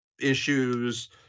issues